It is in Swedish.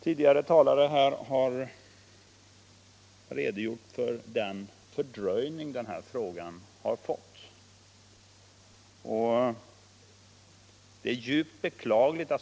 Tidigare talare har nämnt fördröjningen i behandlingen av denna fråga, och den fördröjningen är djupt beklaglig.